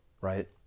right